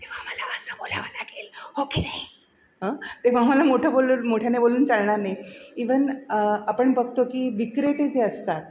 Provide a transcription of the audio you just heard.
तेव्हा मला असं बोलावं लागेल ना हो की नाही हं तेव्हा मला मोठं बोलून मोठ्याने बोलून चालणार नाही ईवन आपण बघतो की विक्रेते जे असतात